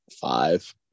five